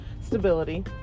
stability